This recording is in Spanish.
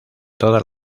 todas